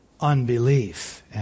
unbelief